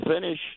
finish